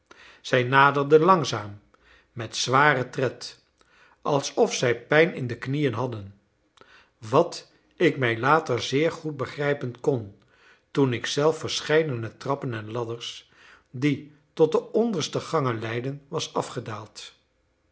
zij naderden langzaam met zwaren tred alsof zij pijn in de knieën hadden wat ik mij later zeer goed begrijpen kon toen ik zelf verscheidene trappen en ladders die tot de onderste gangen leiden was afgedaald